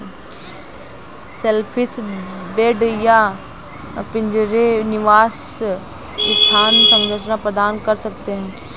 shellfish bed या पिंजरे निवास स्थान संरचना प्रदान कर सकते हैं